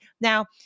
Now